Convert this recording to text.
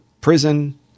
prison